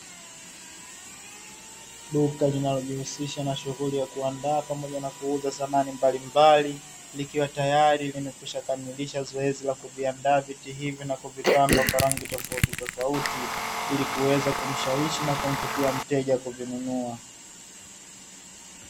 Duka linalojihusisha na uandaaji wa samani mbalimbali ikiwa imeshaanda kwaajili ya kumshawishi mteja